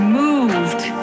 moved